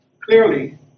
Clearly